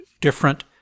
different